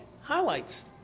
highlights